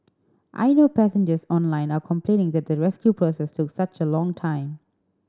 I know passengers online are complaining that the rescue process took such a long time